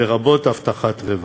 לרבות הבטחת רווח.